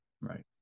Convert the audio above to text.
Right